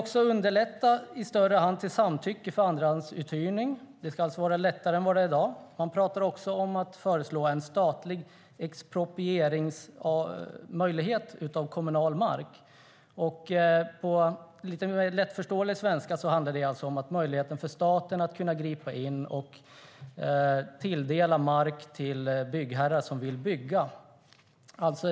Man vill i större mån underlätta samtycke till andrahandsuthyrning. Det ska alltså vara lättare än vad det är i dag. Man talar också om att föreslå en statlig exproprieringsmöjlighet avseende kommunal mark. På lite mer lättförståelig svenska handlar det alltså om möjligheten för staten att gripa in och tilldela byggherrar som vill bygga mark.